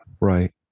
Right